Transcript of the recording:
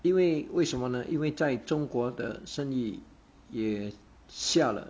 因为为什么呢因为在中国的生意也下了